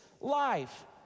life